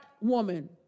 woman